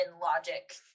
Logic